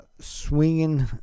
swinging